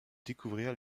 découvrir